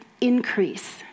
increase